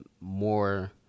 more